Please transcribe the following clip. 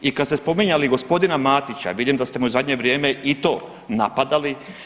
I kad ste spominjali gospodina Matića vidim da ste mu u zadnje vrijeme i to napadali.